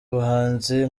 ubuhanzi